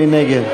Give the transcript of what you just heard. מי נגד?